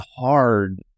hard